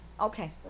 okay